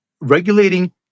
regulating